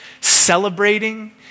celebrating